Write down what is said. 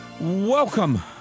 Welcome